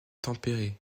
tempéré